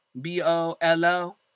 B-O-L-O